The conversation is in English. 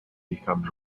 become